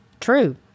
True